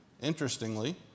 interestingly